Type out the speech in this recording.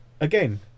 again